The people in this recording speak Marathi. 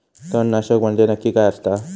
तणनाशक म्हंजे नक्की काय असता?